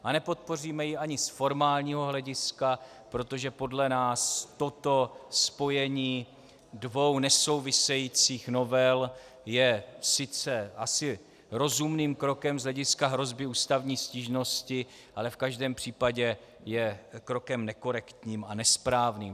A nepodpoříme ji ani z formálního hlediska, protože podle nás toto spojení dvou nesouvisejících novel je sice asi rozumným krokem z hlediska hrozby ústavní stížnosti, ale v každém případě je krokem nekorektním a nesprávným.